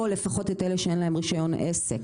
או לפחות את אלה שאין להם רישיון עסק.